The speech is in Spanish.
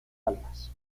almas